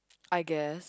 I guess